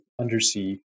undersea